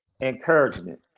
encouragement